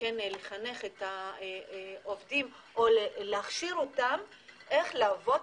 לחנך את העובדים או להכשיר אותם איך לעבוד,